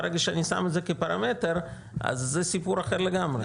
ברגע שאני שם את זה כפרמטר אז זה סיפור אחר לגמרי.